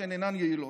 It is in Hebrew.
שהן אינן יעילות.